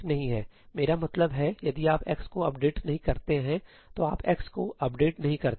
मेरा मतलब है यदि आप x को अपडेट नहीं करते हैं तो आप x को अपडेट नहीं करते हैं